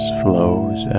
flows